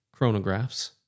chronographs